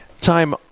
time